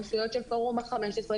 רשויות של פורום ה-15,